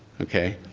okay?